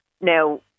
Now